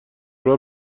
راه